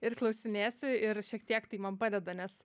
ir klausinėsiu ir šiek tiek tai man padeda nes